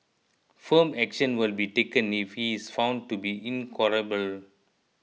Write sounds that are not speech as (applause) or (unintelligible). firm action will be taken if he is found to be (unintelligible)